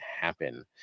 happen